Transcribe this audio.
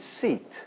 seat